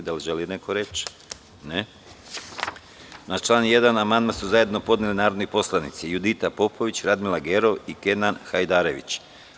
Da li neko želi reč? (Ne.) Na član 1. amandman su zajedno podneli narodni poslanici Judita Popović, Radmila Gerov i Kenan Hajdarević.